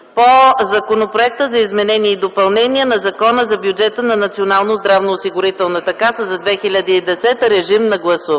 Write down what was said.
по Законопроекта за изменение и допълнение на Закона за бюджета на Националната здравноосигурителна каса за 2010 г.